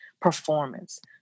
performance